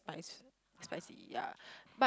spice spicy yeah but